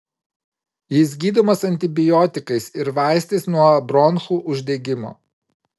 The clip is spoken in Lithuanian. jis gydomas antibiotikais ir vaistais nuo bronchų uždegimo